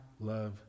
love